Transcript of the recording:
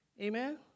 Amen